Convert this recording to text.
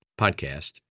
podcast